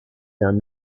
done